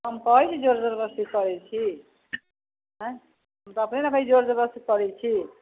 हम कहै छी जोर जबरदस्ती करै छी आंय हम तऽ अपने नऽ जोर जबरदस्ती करै छी